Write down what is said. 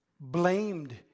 blamed